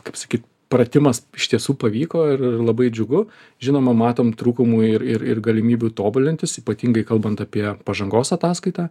kaip sakyt pratimas iš tiesų pavyko ir labai džiugu žinoma matom trūkumų ir ir ir galimybių tobulintis ypatingai kalbant apie pažangos ataskaitą